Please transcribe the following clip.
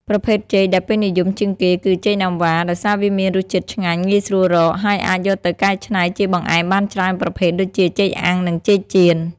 ប្រភេទចេកដែលពេញនិយមជាងគេគឺ ចេកណាំវ៉ា ដោយសារវាមានរសជាតិឆ្ងាញ់ ងាយស្រួលរក ហើយអាចយកទៅកែច្នៃជាបង្អែមបានច្រើនប្រភេទ ដូចជា ចេកអាំង និង ចេកចៀន។